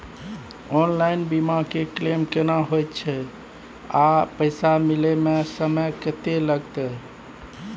Online बीमा के claim केना होय छै आ पैसा मिले म समय केत्ते लगतै?